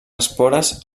espores